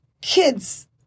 Kids